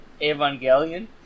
Evangelion